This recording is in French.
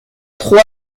trois